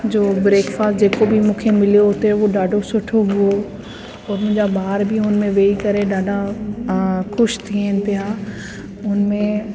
जो ब्रैकफास्ट जेको बि मूंखे मिलियो हुते उहो ॾाढो सुठो हुओ और मुंहिंजा ॿार बि उन में वेही करे ॾाढा ख़ुशि थियनि पिया हुन में